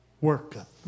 worketh